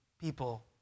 people